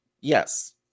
yes